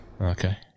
Okay